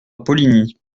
poligny